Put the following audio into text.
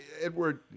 Edward